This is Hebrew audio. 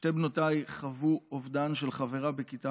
שתי בנותיי חוו אובדן של חברה בכיתה